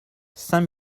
saint